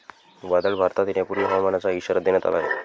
वादळ भारतात येण्यापूर्वी हवामानाचा इशारा देण्यात आला आहे